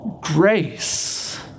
grace